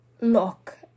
look